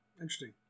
Interesting